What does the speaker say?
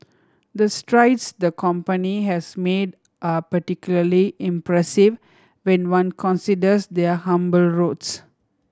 the strides the company has made are particularly impressive when one considers their humble roots